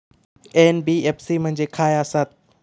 NBFC म्हणजे खाय आसत?